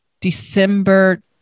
December